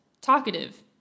talkative